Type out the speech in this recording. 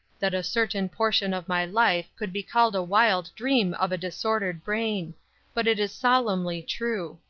that a certain portion of my life could be called a wild dream of a disordered brain but it is solemnly true.